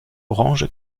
orange